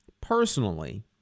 personally